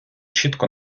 чітко